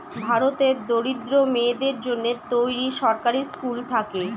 ভারতের দরিদ্র মেয়েদের জন্য তৈরী সরকারি স্কুল থাকে